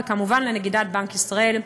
וכמובן לנגידת בנק ישראל,